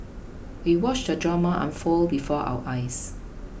we watched the drama unfold before our eyes